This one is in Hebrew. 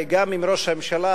גם אם ראש הממשלה,